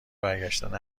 برگشتن